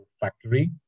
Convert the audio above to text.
factory